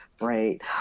right